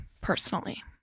personally